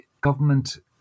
government